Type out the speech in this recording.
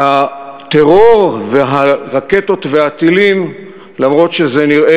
הטרור והרקטות והטילים, למרות שהם נראים